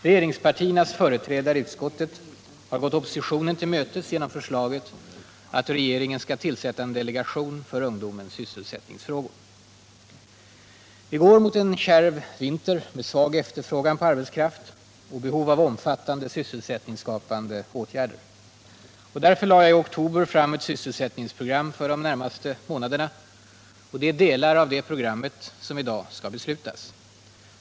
Regeringspartiernas företrädare i utskottet har gått oppositionen till mötes genom förslaget att regeringen skall tillsätta en delegation för ungdomens sysselsättningsfrågor. Vi går mot en kärv vinter, med svag efterfrågan på arbetskraft och behov av omfattande sysselsättningsskapande åtgärder. Därför lade jag i oktober fram ett sysselsättningsprogram för de närmaste månaderna. Det är delar av det programmet som i dag skall beslutas.